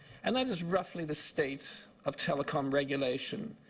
and that is roughly the state of telecom regulation.